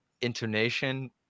intonation